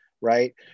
right